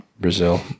Brazil